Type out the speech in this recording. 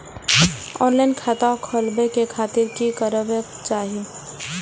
Online खाता खोलाबे के खातिर कि करबाक चाही?